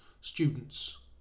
students